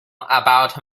about